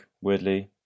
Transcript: weirdly